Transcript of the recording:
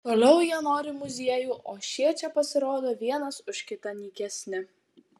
toliau jie nori muziejų o šie čia pasirodo vienas už kitą nykesni